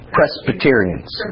Presbyterians